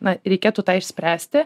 na reikėtų tą išspręsti